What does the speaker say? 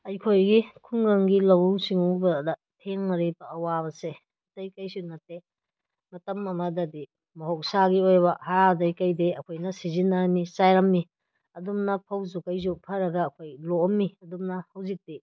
ꯑꯩꯈꯣꯏꯒꯤ ꯈꯨꯡꯒꯪꯒꯤ ꯂꯧꯎ ꯁꯤꯡꯎꯕꯗ ꯊꯦꯡꯅꯔꯤꯕ ꯑꯋꯥꯕꯁꯦ ꯑꯇꯩ ꯀꯩꯁꯨ ꯅꯠꯇꯦ ꯃꯇꯝ ꯑꯃꯗꯗꯤ ꯃꯍꯧꯁꯥꯒꯤ ꯑꯣꯏꯕ ꯍꯥꯔꯗꯩ ꯀꯩꯗꯩ ꯑꯩꯈꯣꯏꯅ ꯁꯤꯖꯤꯟꯅꯔꯝꯃꯤ ꯆꯥꯏꯔꯝꯃꯤ ꯑꯗꯨꯝꯅ ꯐꯧꯁꯨ ꯀꯩꯁꯨ ꯐꯔꯒ ꯑꯩꯈꯣꯏ ꯂꯣꯛꯑꯝꯃꯤ ꯑꯗꯨꯝꯅ ꯍꯧꯖꯤꯛꯇꯤ